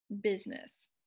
Business